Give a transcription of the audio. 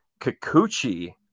Kikuchi